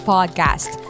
Podcast